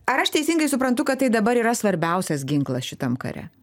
ar aš teisingai suprantu kad tai dabar yra svarbiausias ginklas šitam kare